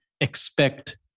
expect